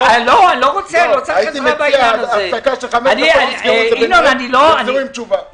לתת הפסקה של חמש דקות ונקבל תשובה.